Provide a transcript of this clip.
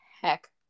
heck